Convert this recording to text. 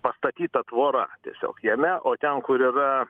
pastatyta tvora tiesiog jame o ten kur yra